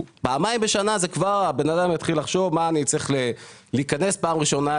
אם הוא ייכנס פעמיים בשנה,